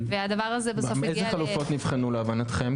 אילו חלופות נבחנו להבנתכם?